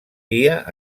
dia